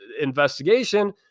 investigation